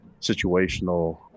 situational